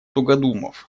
тугодумов